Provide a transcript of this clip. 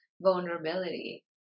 vulnerability